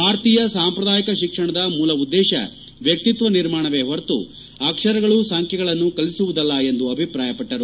ಭಾರತೀಯ ಸಾಂಪ್ರಾದಾಯಿಕ ಶಿಕ್ಷಣದ ಮೂಲ ಉದ್ದೇಶ ವ್ಯಕ್ತಿಕ್ವ ನಿರ್ಮಾಣವೇ ಹೊರತು ಅಕ್ಷರಗಳು ಸಂಖ್ವೆಗಳನ್ನು ಕಲಿಸುವುದಲ್ಲ ಎಂದು ಅಭಿಪ್ರಾಯಪಟ್ಟರು